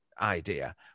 idea